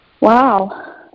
Wow